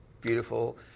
beautiful